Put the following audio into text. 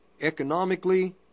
Economically